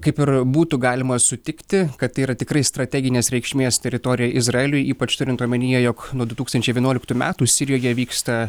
kaip ir būtų galima sutikti kad tai yra tikrai strateginės reikšmės teritorija izraeliui ypač turint omenyje jog nuo du tūkstančiai vienuoliktų metų sirijoje vyksta